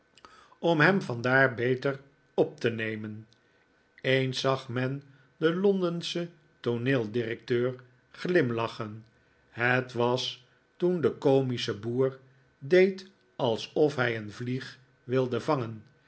om hem van daar beter op te nemen eens zag men den londenschen tooneeldirecteur glimlachen het was toen de komische boer deed alsof hij een vlieg wilde vangen